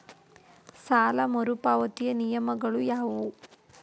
ಸಾಲ ಮರುಪಾವತಿಯ ನಿಯಮಗಳು ಯಾವುವು?